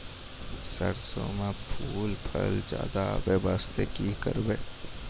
सरसों म फूल फल ज्यादा आबै बास्ते कि करबै?